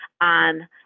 on